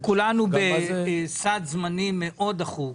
וכולנו נמצאים בסעד זמנים מאוד דחוק,